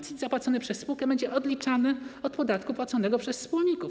CIT zapłacony przez spółkę będzie odliczany od podatku płaconego przez wspólników.